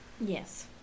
Yes